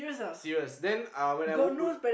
serious then uh when I woke uh